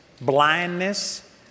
blindness